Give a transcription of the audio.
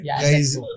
guys